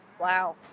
wow